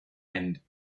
end